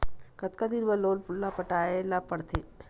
कतका दिन मा लोन ला पटाय ला पढ़ते?